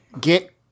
Get